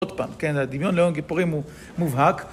עוד פעם, כן, דמיון ליום הכיפורים הוא מובהק